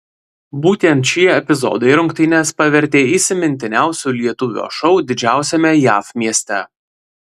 būtent šie epizodai rungtynes pavertė įsimintiniausiu lietuvio šou didžiausiame jav mieste